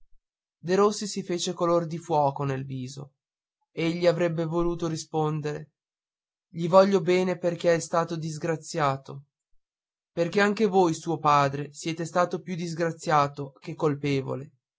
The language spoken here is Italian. bene derossi si fece color di fuoco nel viso egli avrebbe voluto rispondere gli voglio bene perché è stato disgraziato perché anche voi suo padre siete stato più disgraziato che colpevole